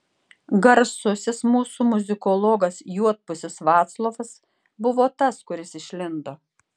garsusis mūsų muzikologas juodpusis vaclovas buvo tas kuris išlindo